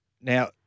Now